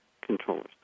controllers